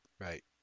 Right